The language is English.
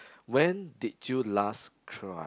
when did you last cry